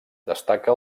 destaca